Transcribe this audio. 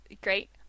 great